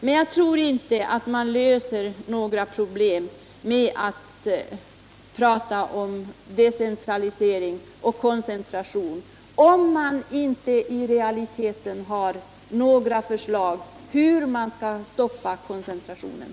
Men jag tror inte att man löser några problem genom att prata om decentralisering, om man inte har några konkreta förslag om hur koncentrationen skall kunna stoppas.